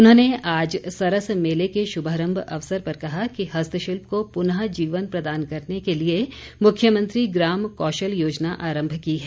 उन्होंने आज सरस मेले के शुभारम्भ अवसर पर कहा कि हस्तशिल्प को पुनः जीवन प्रदान करने के लिए मुख्यमंत्री ग्राम कौशल योजना आरम्भ की है